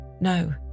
No